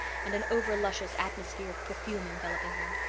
and an over-luscious atmosphere of perfume enveloping her.